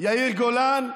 יאיר גולן,